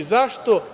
Zašto?